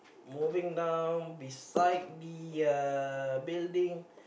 moving down beside the uh building